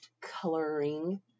coloring